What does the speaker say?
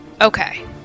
okay